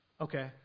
okay